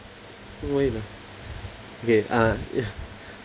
wait ah okay uh ya